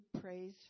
praise